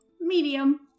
Medium